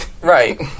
Right